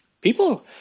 People